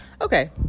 Okay